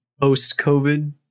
post-COVID